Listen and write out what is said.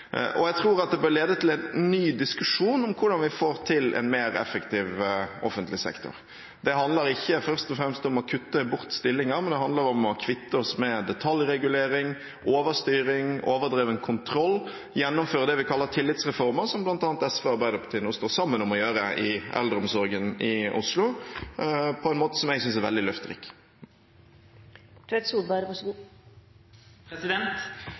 Jeg tror at det bør lede til en ny diskusjon om hvordan vi får til en mer effektiv offentlig sektor. Det handler ikke først og fremst om å kutte bort stillinger, men det handler om at vi kvitter oss med detaljregulering, overstyring og overdreven kontroll, og gjennomfører det vi kaller tillitsreformer, som bl.a. SV og Arbeiderpartiet nå står sammen om å gjøre i eldreomsorgen i Oslo, på en måte som jeg synes er veldig løfterik.